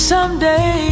Someday